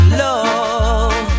love